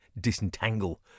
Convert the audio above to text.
Disentangle